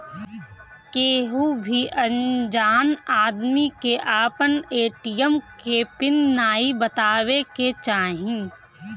केहू भी अनजान आदमी के आपन ए.टी.एम के पिन नाइ बतावे के चाही